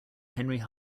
henry